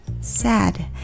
sad